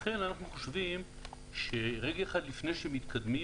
לכן, אנחנו חושבים שרגע אחד לפני שמתקדמים,